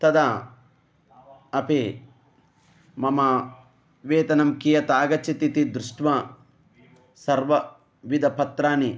तदा अपि मम वेतनं कियत् आगच्छतीति दृष्ट्वा सर्वविधपत्राणि